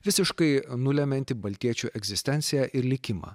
visiškai nulemianti baltiečių egzistenciją ir likimą